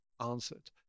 answered